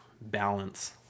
balance